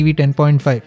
10.5